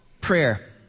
prayer